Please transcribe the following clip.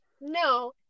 No